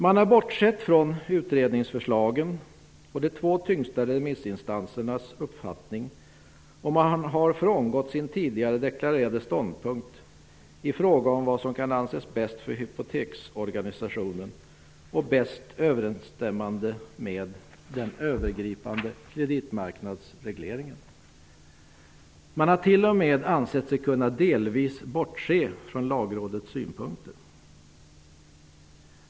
Man har bortsett från utredningsförslagen och de två tyngsta remissinstansernas uppfattning. Dessutom har man frångått sin tidigare deklarerade ståndpunkt i fråga om vad som kan anses bäst för hypoteksorganisationen och bäst överensstämmande med den övergripande kreditmarknadsregleringen. Man har t.o.m. ansett sig delvis kunna bortse från Lagrådets synpunkter.